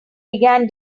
began